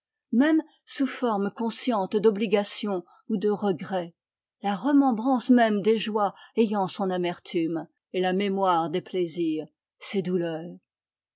même sous forme consciente d'obligation ou de regret la remembrance même des joies ayant son amertume et la mémoire des plaisirs ses douleurs